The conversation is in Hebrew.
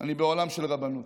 אני בעולם של רבנות.